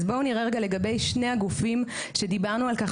אז בואו נראה רגע לגבי שני הגופים שדיברנו על כך